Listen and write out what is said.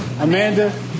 Amanda